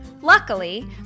Luckily